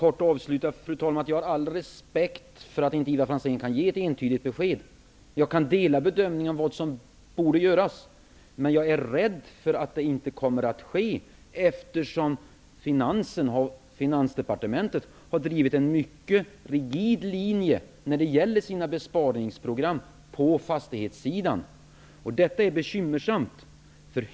Fru talman! Jag har all respekt för att Ivar Franzén inte kan ge ett entydigt besked. Jag kan dela hans uppfattning om vad som borde göras men jag är rädd för att det inte kommer att ske, eftersom Finansdepartementet har drivit en mycket rigid linje när det gäller besparingsprogram på fastighetssidan. Detta är bekymmersamt.